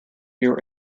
your